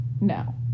No